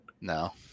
No